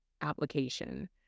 application